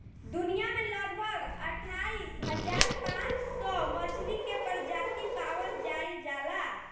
दुनिया में लगभग अठाईस हज़ार पांच सौ मछली के प्रजाति पावल जाइल जाला